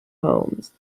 holmes